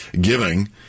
giving